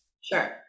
Sure